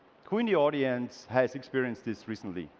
who in the audience has experienced this recently?